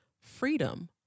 Freedom